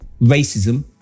racism